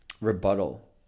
rebuttal